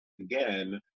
again